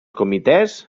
comitès